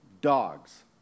dogs